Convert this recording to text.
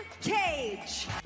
Cage